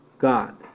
God